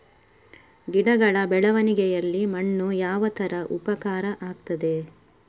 ಗಿಡಗಳ ಬೆಳವಣಿಗೆಯಲ್ಲಿ ಮಣ್ಣು ಯಾವ ತರ ಉಪಕಾರ ಆಗ್ತದೆ?